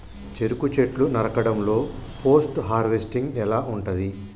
చెరుకు చెట్లు నరకడం లో పోస్ట్ హార్వెస్టింగ్ ఎలా ఉంటది?